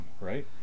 right